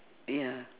ya